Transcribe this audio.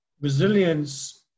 Resilience